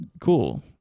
Cool